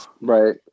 Right